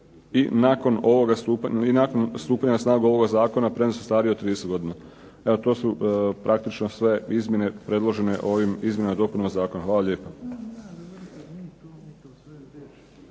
i nakon stupanja na snagu ovoga zakona premda su starije od 30 godina. Evo to su praktično sve izmjene predložene ovim izmjenama i dopunama Zakona. Hvala lijepa.